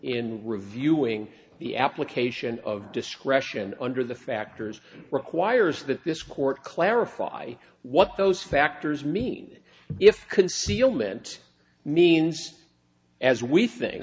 in reviewing the application of discretion under the factors requires that this court clarify what those factors mean if concealment means as we thin